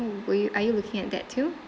were you are you looking at that too